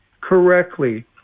correctly